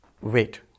Wait